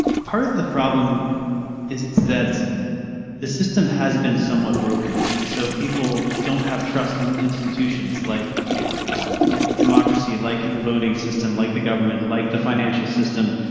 part of the problem is that the system has been somewhat broken and so people don't have trust in institutions like like democracy, like the voting system, like the government, like the financial system,